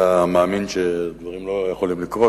אתה מאמין שדברים לא יכולים לקרות,